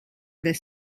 this